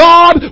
God